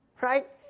Right